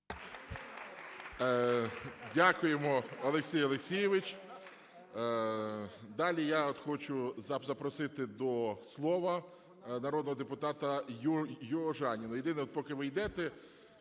Дякуємо, Олексій Олексійович. Далі от я хочу запросити до слова народного депутата Южаніну.